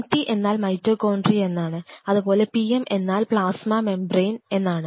Mt എന്നാൽ മൈറ്റോകോൺഡ്രിയയാണ് അതുപോലെ PM എന്നാൽ പ്ലാസ്മാ മേംബ്രെൻ ആണ്